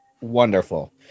wonderful